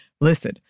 Listen